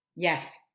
yes